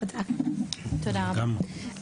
תודה רבה.